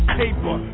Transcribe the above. paper